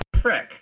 Frick